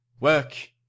work